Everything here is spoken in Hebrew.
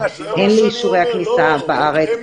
הן לאישורי הכניסה בארץ,